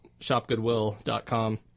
ShopGoodwill.com